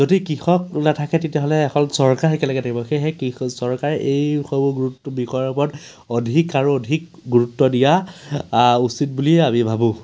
যদি কৃষক নাথাকে তেতিয়াহ'লে এখন চৰকাৰ কেনেকৈ থাকিব সেয়েহে চৰকাৰে এইসমূহ গুৰুত্ব বিষয়ৰ ওপৰত অধিক আৰু অধিক গুৰুত্ব দিয়া উচিত বুলি আমি ভাবোঁ